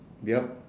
yup